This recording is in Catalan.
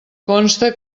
consta